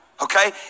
okay